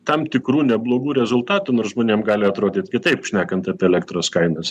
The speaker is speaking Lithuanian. tam tikrų neblogų rezultatų nors žmonėm gali atrodyt kitaip šnekant apie elektros kainas